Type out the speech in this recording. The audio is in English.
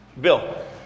Bill